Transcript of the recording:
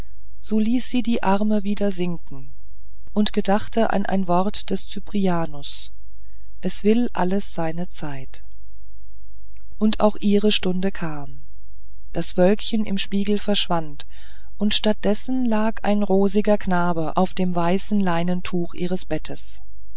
so ließ sie die arme wieder sinken und gedachte an ein wort des cyprianus es will alles seine zeit und auch ihre stunde kam das wölkchen im spiegel verschwand und statt dessen lag ein rosiger knabe auf dem weißen leintuch ihres bettes